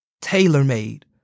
tailor-made